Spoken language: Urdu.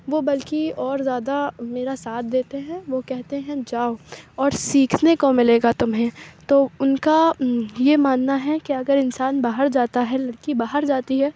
وہ بلکہ اور زیادہ میرا ساتھ دیتے ہیں وہ کہتے ہیں جاؤ اور سیکھنے کو ملے گا تمہیں تو اُن کا یہ ماننا ہے کہ اگر انسان باہر جاتا ہے لڑکی باہر جاتی ہے